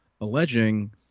alleging